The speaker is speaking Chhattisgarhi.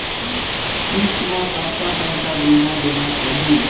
किस्त म कतका पैसा देना देना पड़ही?